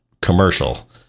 commercial